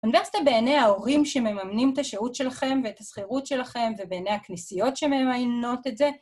אוניברסיטה בעיני ההורים שמממנים את השהות שלכם ואת השכירות שלכם, ובעיני הכנסיות שמממנות את זה.